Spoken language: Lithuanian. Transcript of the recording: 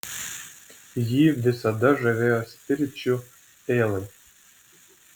jį visada žavėjo spiričiuelai